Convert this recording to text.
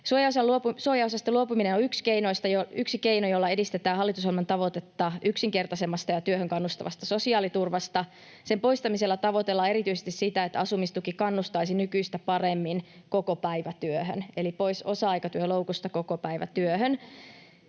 Suojaosasta luopuminen on yksi keino, jolla edistetään hallitusohjelman tavoitetta yksinkertaisemmasta ja työhön kannustavasta sosiaaliturvasta. Sen poistamisella tavoitellaan erityisesti sitä, että asumistuki kannustaisi nykyistä paremmin kokopäivätyöhön eli pois osa-aikatyöloukusta kokopäivätyöhön.